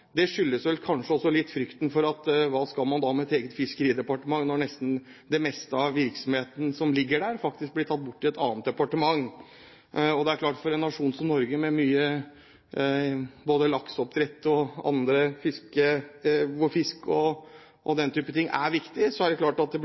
etat, er vel kanskje litt frykten for dette: Hva skal man med et eget Fiskeridepartement når det meste av virksomheten som ligger der, faktisk blir tatt inn i et annet departement? Det er klart at for en nasjon som Norge, hvor lakseoppdrett og fisk og den type ting er viktig, vil det kanskje